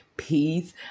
peace